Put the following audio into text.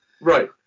Right